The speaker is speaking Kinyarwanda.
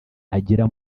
agera